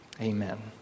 amen